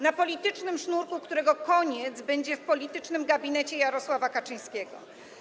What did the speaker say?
Na politycznym sznurku, którego koniec będzie w politycznym gabinecie Jarosława Kaczyńskiego.